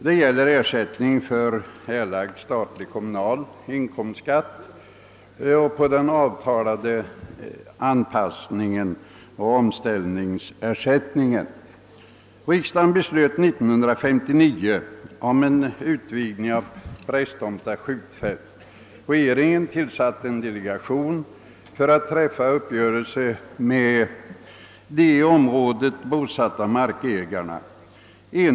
Det gäller ersättning för erlagd statlig och kommunal inkomstskatt på den avtalade anpassningsoch omställningsersättningen. Riksdagen beslöt 1959 om utvidgning av Prästtomta skjutfält, och regeringen tillsatte en delegation för att träffa uppgörelse med de i området bosatta markägarna och arrendatorerna.